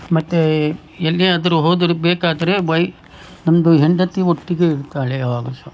ಮತ್ತೆ ಎಲ್ಲಿಯಾದರೂ ಹೋದರು ಬೇಕಾದರೆ ವೈ ನಮ್ಮದು ಹೆಂಡತಿ ಒಟ್ಟಿಗೆ ಇರ್ತಾಳೆ ಯಾವಾಗಲೂ ಸಹ